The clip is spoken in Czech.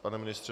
Pane ministře?